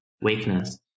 weakness